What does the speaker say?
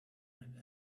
and